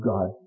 God